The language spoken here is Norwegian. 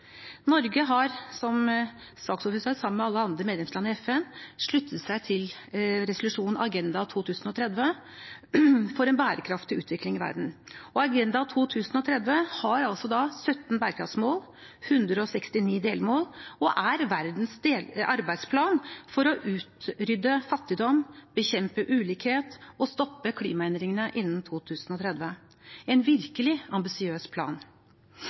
Norge har, som saksordføreren sa, sammen med alle andre medlemsland i FN sluttet seg til resolusjonen 2030-agendaen for en bærekraftig utvikling i verden. 2030-agendaen har 17 bærekraftsmål, 169 delmål og er verdens arbeidsplan for å utrydde fattigdom, bekjempe ulikhet og stoppe klimaendringene innen 2030 – en virkelig ambisiøs plan.